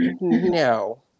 no